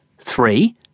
Three